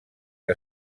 que